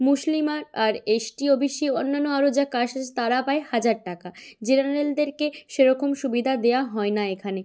মুসলিম আর আর ST OBC অন্যান্য আরও যা কাস্ট তারা পায় হাজার টাকা জেনারেলদেরকে সেরকম সুবিধা দেওয়া হয় না এখানে